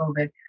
COVID